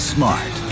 Smart